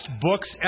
books